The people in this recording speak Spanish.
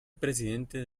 presidente